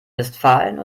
westfalen